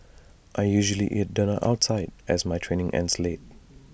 I usually eat dinner outside as my training ends late